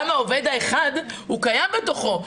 גם העובד האחד קיים בתוכו,